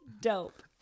Dope